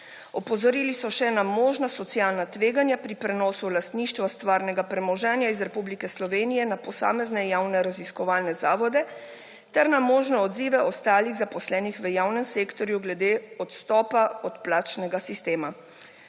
Opozorili so še na možna socialna tveganja pri prenosu lastništva stvarnega premoženja z Republike Slovenije na posamezne javne raziskovalne zavode ter na možne odzive ostalih zaposlenih v javnem sektorju glede odstopa od plačnega sistema.